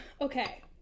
Okay